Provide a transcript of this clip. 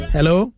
Hello